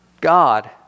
God